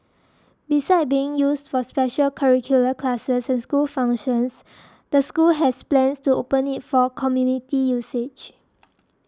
besides being used for special curricular classes and school functions the school has plans to open it for community usage